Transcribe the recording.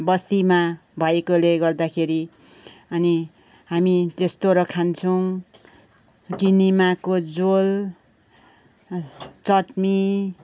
बस्तीमा भएकोले गर्दाखेरि अनि हामी त्यस्तो र खान्छौँ किनेमाको झोल चट्नी